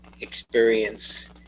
experience